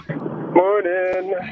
Morning